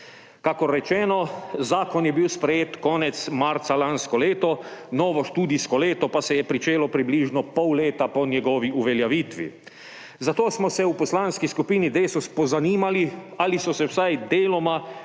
Kakor rečeno, zakon je bil sprejet konec marca lansko leto, novo študijsko leto pa se je pričelo približno pol leta po njegovi uveljavitvi. Zato smo se v Poslanski skupini Desus pozanimali, ali so se vsaj deloma